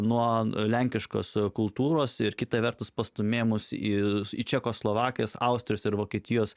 nuo lenkiškos kultūros ir kita vertus pastūmėjo mus į čekoslovakijos austrijos ir vokietijos